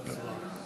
לא.